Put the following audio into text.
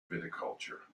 viticulture